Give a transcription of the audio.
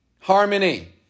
Harmony